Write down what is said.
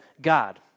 God